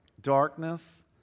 Darkness